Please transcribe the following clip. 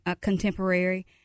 contemporary